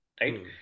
Right